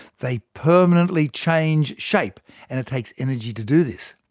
they permanently change shape and it takes energy to do this.